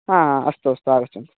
हा हा अस्तु अस्तु आगच्छन्तु